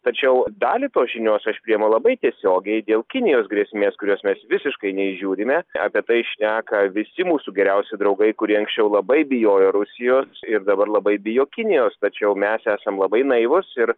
tačiau dalį tos žinios aš priimu labai tiesiogiai dėl kinijos grėsmės kurios mes visiškai neįžiūrime apie tai šneka visi mūsų geriausi draugai kurie anksčiau labai bijojo rusijos ir dabar labai bijo kinijos tačiau mes esam labai naivūs ir